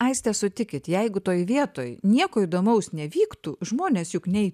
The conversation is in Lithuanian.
aistė sutikit jeigu toje vietoj nieko įdomaus nevyktų žmonės juk nei